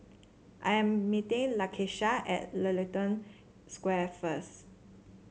I am meeting Lakesha at Ellington Square first